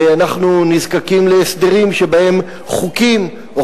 אנחנו נזקקים להסדרים שבהם חוקים או